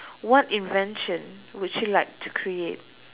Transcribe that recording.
what invention would you like to create